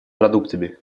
продуктами